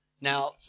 Now